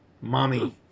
mommy